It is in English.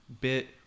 bit